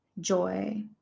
joy